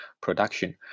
production